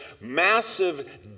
massive